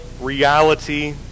reality